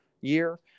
year